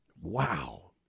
Wow